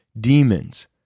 demons